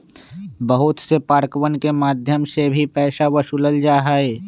बहुत से पार्कवन के मध्यम से भी पैसा वसूल्ल जाहई